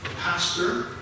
pastor